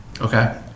Okay